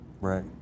Right